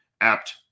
apt